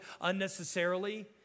unnecessarily